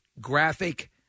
graphic